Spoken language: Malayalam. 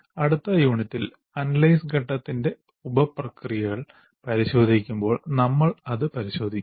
അടുത്ത യൂണിറ്റിൽ അനലൈസ് ഘട്ടത്തിന്റെ ഉപ പ്രക്രിയകൾ പരിശോധിക്കുമ്പോൾ നമ്മൾ അത് പരിശോധിക്കും